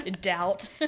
doubt